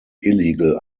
illegal